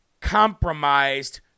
compromised